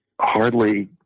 hardly